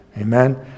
Amen